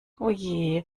oje